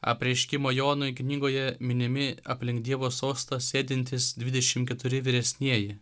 apreiškimo jonui knygoje minimi aplink dievo sostą sėdintys dvidešim keturi vyresnieji